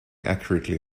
accurately